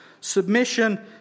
Submission